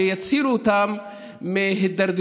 שיצילו אותם מהידרדרות,